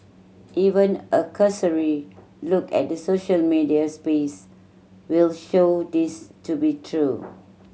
even a cursory look at the social media space will show this to be true